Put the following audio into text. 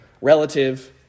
relative